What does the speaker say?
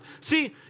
See